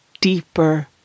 deeper